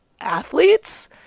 athletes